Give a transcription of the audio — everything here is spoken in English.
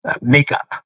makeup